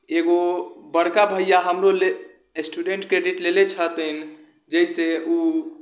एगो बड़का भैया हमरो लए स्टुडेन्ट क्रेडिट लेले छथिन जाहिसँ ओ